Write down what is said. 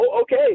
okay